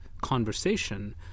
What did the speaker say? conversation